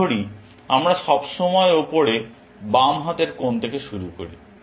ধরি আমরা সবসময় উপরে বাম হাতের কোণ থেকে শুরু করি